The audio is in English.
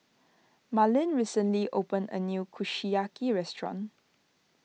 Marlin recently opened a new Kushiyaki restaurant